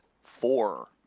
Four